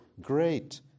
Great